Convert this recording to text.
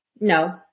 No